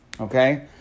Okay